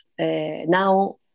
now